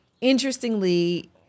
interestingly